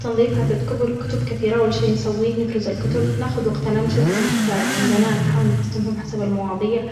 تنظيف عدد كبر كتب كثيرة اول شي نسويه نفرز الكتب ناخد وقتنا نشوف كل كتاب عندنا نحاول نقسمهم حسب المواضيع